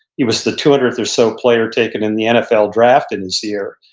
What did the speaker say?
he was the two hundredth or so player taken in the nfl draft in this year.